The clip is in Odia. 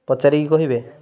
ପଚାରିକି କହିବେ